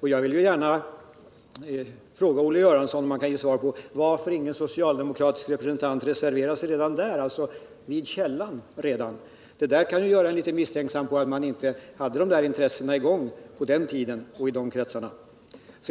Och jag vill gärna fråga Olle Göransson om han kan säga varför ingen socialdemokratisk representant reserverade sig redan då, vid källan. Detta handlingssätt kan ge upphov till misstanken att socialdemokraterna på den tiden inte hade det intresse som man i